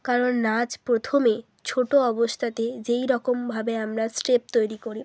কারণ নাচ প্রথমে ছোটো অবস্থাতে যেই রকমভাবে আমরা স্টেপ তৈরি করি